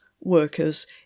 workers